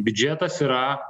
biudžetas yra